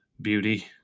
beauty